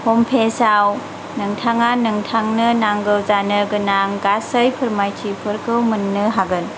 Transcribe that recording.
हमफेजाव नोंथाङा नोंथांनो नांगौ जानो गोनां गासै फोरमायथिफोरखौ मोन्नो हागोन